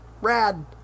rad